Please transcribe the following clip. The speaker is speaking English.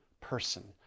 person